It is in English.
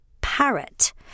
parrot